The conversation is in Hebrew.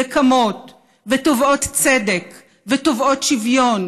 והן קמות ותובעות צדק ותובעות שוויון